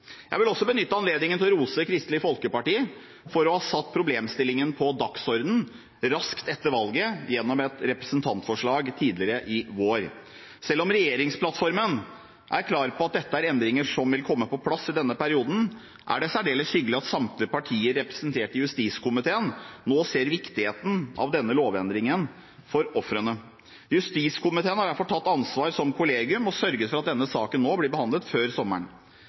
Jeg vil også benytte anledningen til å rose Kristelig Folkeparti for å ha satt problemstillingen på dagsordenen raskt etter valget gjennom et representantforslag tidligere i vår. Selv om regjeringsplattformen er klar på at dette er endringer som vil komme på plass i denne perioden, er det særdeles hyggelig at samtlige partier representert i justiskomiteen nå ser viktigheten av denne lovendringen for ofrene. Justiskomiteen har derfor tatt ansvar som kollegium, og sørget for at denne saken blir behandlet før sommeren.